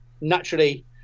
naturally